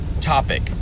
topic